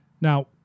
Now